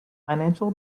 financial